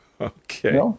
Okay